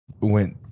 Went